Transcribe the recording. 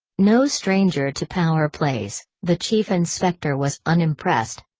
no stranger to power plays, the chief inspector was unimpressed.